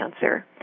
cancer